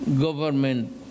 government